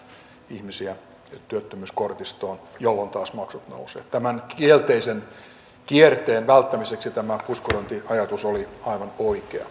ihmisiä työttömyyskortistoon jolloin taas maksut nousevat tämän kielteisen kierteen välttämiseksi tämä puskurointiajatus oli aivan oikea